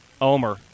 Omer